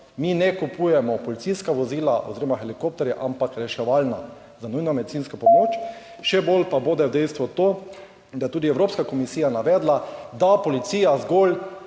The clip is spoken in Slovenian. Mi ne kupujemo policijskih vozil oziroma helikopterjev, ampak reševalna za nujno medicinsko pomoč. Še bolj pa bode dejstvo, da je tudi Evropska komisija navedla, da zgolj